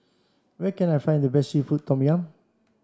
where can I find the best Seafood Tom Yum